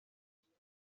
ریچارد